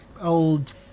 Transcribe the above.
old